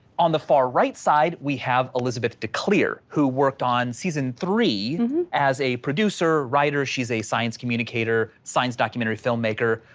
on the far right side, we have elisabeth de kleer, who worked on season three as a producer, writer. she's a science communicator, science documentary filmmaker,